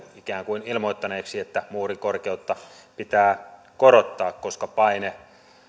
ikään kuin ilmoittaneeksi että muurin korkeutta pitää korottaa koska paine